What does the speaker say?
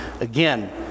again